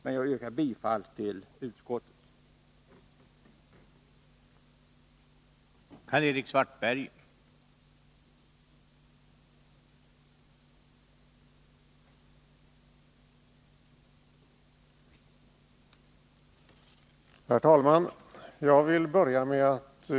Men jag yrkar ändå bifall till utskottets hemställan.